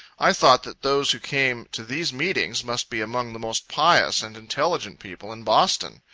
i thought that those who came to these meetings must be among the most pious and intelligent people in boston.